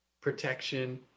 protection